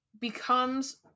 becomes